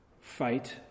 Fight